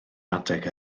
adeg